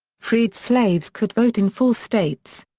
freed slaves could vote in four states.